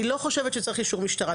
אני לא חושבת שצריך אישור משטרה,